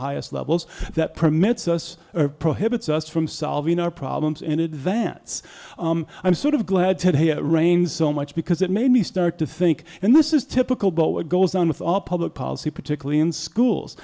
highest levels that permits us prohibits us from solving our problems in advance i'm sort of glad to hear rain so much because it made me start to think and this is typical but what goes on with all public policy particularly in schools